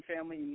family